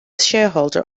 shareholder